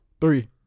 three